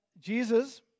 Jesus